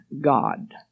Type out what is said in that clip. god